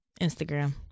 Instagram